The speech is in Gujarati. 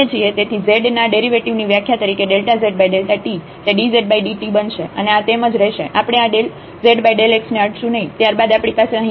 તેથી z ના ડેરિવેટિવ ની વ્યાખ્યા તરીકે zt તે dzdt બનશે અને આ તેમજ રહેશે આપણે આ ∂z∂x ને અડશું નહિ ત્યારબાદ આપણી પાસે અહીં xt છે